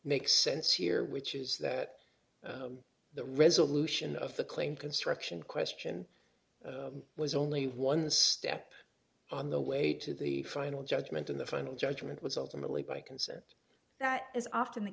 makes sense here which is that the resolution of the claim construction question was only one step on the way to the final judgment in the final judgment was ultimately by consent that is often the